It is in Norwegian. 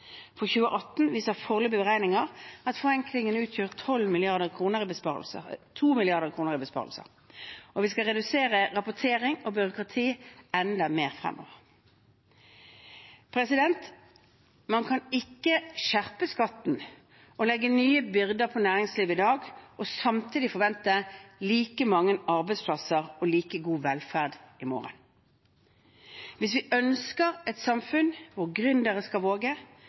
For 2018 viser foreløpige beregninger at forenklingen utgjør 2 mrd. kr i besparelser. Og vi skal redusere rapportering og byråkrati enda mer fremover. Man kan ikke skjerpe skatten og legge nye byrder på næringslivet i dag og samtidig forvente like mange arbeidsplasser og like god velferd i morgen. Hvis vi ønsker et samfunn hvor gründere skal våge,